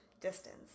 distance